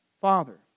Father